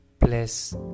plus